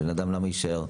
בן אדם למה יישאר?